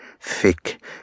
thick